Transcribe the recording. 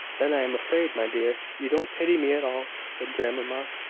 then i am afraid, my dear, you don't pity me at all, said grandmamma.